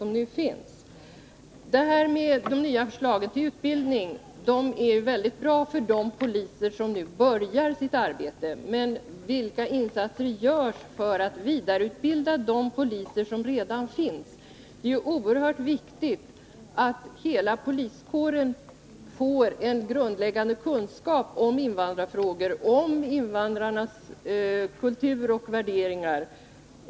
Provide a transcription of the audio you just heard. De nya förslagen när det gäller utbildningen innebär en förbättring för de poliser som nu börjar sitt arbete inom yrket, men vilka insatser görs för att vidareutbilda de redan verksamma poliserna? Det är ju oerhört viktigt att hela poliskåren får en grundläggande kunskap om invandrarfrågor, om invandrarnas kultur och värderingar.